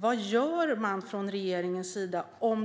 Vad gör man från regeringens sida om